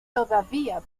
todavía